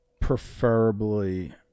Preferably